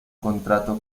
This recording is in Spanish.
contrato